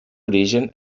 origen